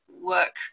work